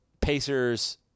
Pacers